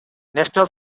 national